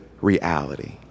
reality